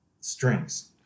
Strings